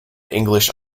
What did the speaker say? english